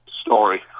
story